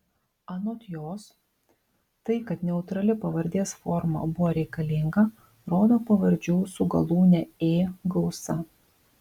anot jos tai kad neutrali pavardės forma buvo reikalinga rodo pavardžių su galūne ė gausa